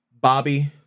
Bobby